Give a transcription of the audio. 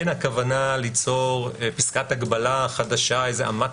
אין הכוונה ליצור פסקת הגבלה חדשה איזו אמת